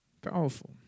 Powerful